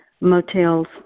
motels